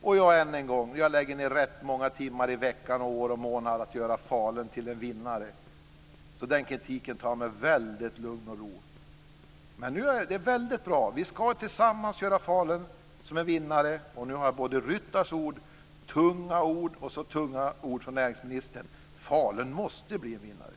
Och än en gång: Jag lägger ned rätt många timmar i veckan - och år och månader - på att göra Falun till en vinnare. Så den kritiken tar jag med väldigt mycket lugn och ro. Det här är väldigt bra. Vi ska tillsammans göra Falun till en vinnare. Nu har jag både Ryttars tunga ord och tunga ord från näringsministern. Falun måste bli en vinnare!